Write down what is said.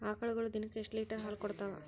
ಆಕಳುಗೊಳು ದಿನಕ್ಕ ಎಷ್ಟ ಲೀಟರ್ ಹಾಲ ಕುಡತಾವ?